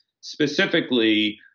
specifically